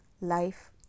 life